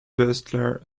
butler